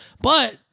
But-